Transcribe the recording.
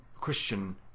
Christian